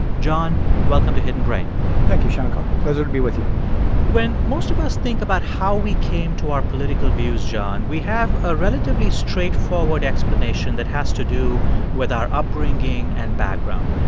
john, welcome to hidden brain thank you, shankar, pleasure to be with you when most of us think about how we came to our political views, john, we have a relatively straightforward explanation that has to do with our upbringing and background.